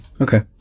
Okay